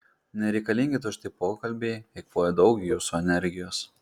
nereikalingi tušti pokalbiai eikvoja daug jūsų energijos